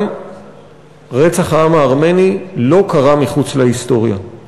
גם רצח העם הארמני לא קרה מחוץ להיסטוריה.